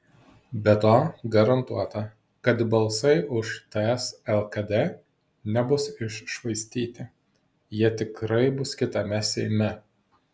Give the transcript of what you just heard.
be to garantuota kad balsai už ts lkd nebus iššvaistyti jie tikrai bus kitame seime